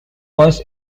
was